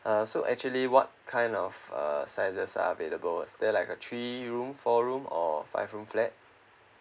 uh so actually what kind of uh sizes are available is there like a three room four room or five room flat